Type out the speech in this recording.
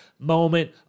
moment